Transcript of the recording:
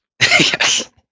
Yes